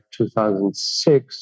2006